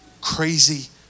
crazy